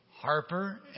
Harper